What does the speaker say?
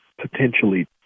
potentially